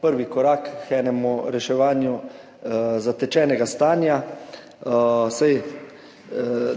prvi korak k reševanju zatečenega stanja. Saj